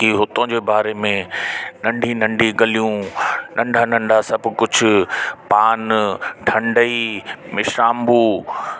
हुतों जे बारे में नंढी नंढी गलियूं नंढा नंढा सभु कुझु पान ठंडई मिश्राम्बू